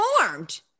informed